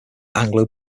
anglo